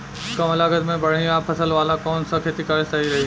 कमलागत मे बढ़िया फसल वाला कौन सा खेती करल सही रही?